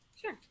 Sure